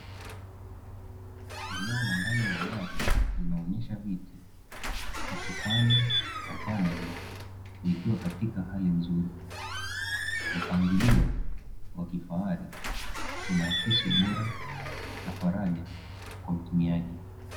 Eneo la ndani ya gari linaonyesha viti, msukani na paneli vikiwa katika hali nzuri. Mpangilio wa kifahari unahakisi ubora na faraja kwa mtumiaji.